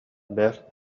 бэрт